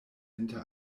inter